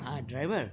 हा ड्राइवर